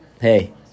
Hey